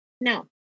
No